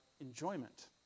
enjoyment